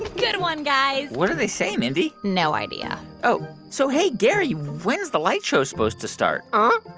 good one, guys what'd they say, mindy? no idea oh. so hey, gary, when's the light show supposed to start? um